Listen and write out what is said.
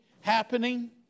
happening